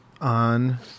on